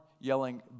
yelling